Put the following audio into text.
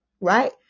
Right